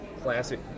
classic